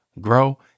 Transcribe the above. grow